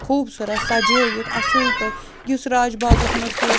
خوٗبصوٗرت سجٲیِتھ اصۭل پٲٹھۍ یُس راجباغَس منٛز سُہ